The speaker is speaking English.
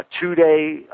two-day